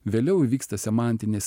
vėliau įvyksta semantinis